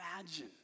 imagine